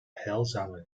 heilzame